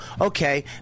Okay